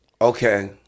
Okay